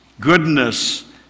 goodness